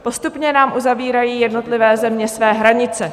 Postupně nám uzavírají jednotlivé země své hranice.